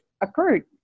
occurred